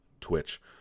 Twitch